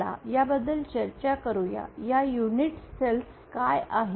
चला या बद्दल चर्चा करू या युनिट सेल्स काय आहेत